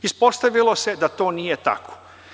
Ispostavilo se da to nije tako.